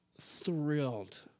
thrilled